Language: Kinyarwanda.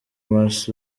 mars